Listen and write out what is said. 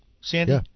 Sandy